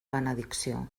benedicció